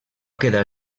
quedar